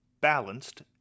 balanced